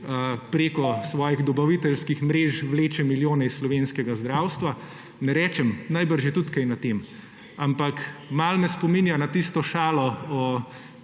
prek svojih dobaviteljskih mrež vleče milijone iz slovenskega zdravstva. Ne rečem, najbrž je tudi kaj na tem. Ampak malo me spominja na tisto šalo o